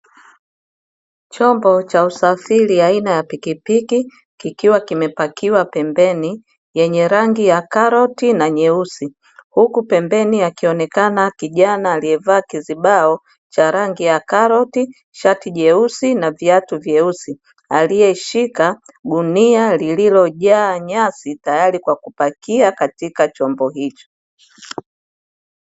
Chombo cha usafiri aina ya pikipiki kikiwa kimepakiwa pembeni, yenye rangi ya karoti na nyeusi, hukupembeni akionekana kijana aliyevaa kizibao cha rangi ya karoti shati jeusi na viatu vyeusi aliyeshika gunia lililojaa nyasi tayari kwa kupakia katika chombo hicho.